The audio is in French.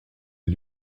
est